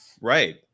Right